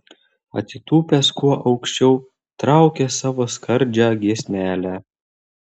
atsitūpęs kuo aukščiau traukia savo skardžią giesmelę